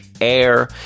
air